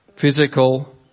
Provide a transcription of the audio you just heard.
physical